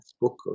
book